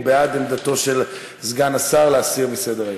הוא בעד עמדתו של סגן השר להסיר מסדר-היום.